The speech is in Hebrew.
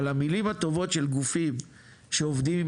על המילים הטובות של גופים שעובדים עם